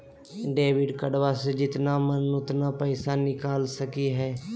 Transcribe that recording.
Debit कार्डबा से जितना मन उतना पेसबा निकाल सकी हय?